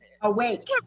Awake